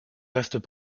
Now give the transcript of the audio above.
restent